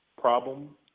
problem